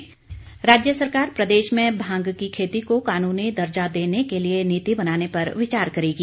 संकल्प राज्य सरकार प्रदेश में भांग की खेती को कानूनी दर्जा देने के लिए नीति बनाने पर विचार करेगी